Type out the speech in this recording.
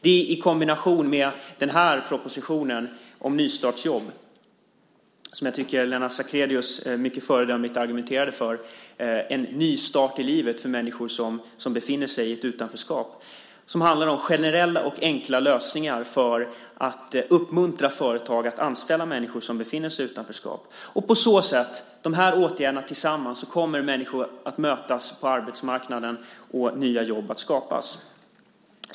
Detta i kombination med den här propositionen om nystartsjobb, som jag tycker att Lennart Sacrédeus mycket föredömligt argumenterade för - som ger en ny start i livet för människor som befinner sig i ett utanförskap, som handlar om generella och enkla lösningar för att uppmuntra företag att anställa dessa människor - gör att människor kommer att mötas på arbetsmarknaden och att nya jobb skapas.